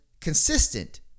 consistent